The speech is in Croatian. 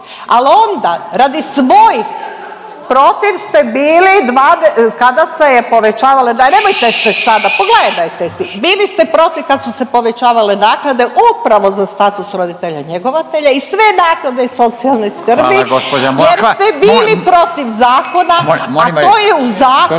se ne razumije/…protiv ste bili dvade…, kada se je povećale, nemojte se sada, pogledajte si, bili ste protiv kad su se povećavale naknade upravo za status roditelja njegovatelja i sve naknade iz socijalne skrbi…/Upadica Radin: Hvala gđa.